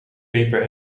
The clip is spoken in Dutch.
peper